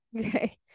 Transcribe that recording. Okay